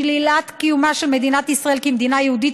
(1) שלילת קיומה של מדינת ישראל כמדינה יהודית